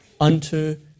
unto